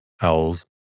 owls